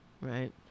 Right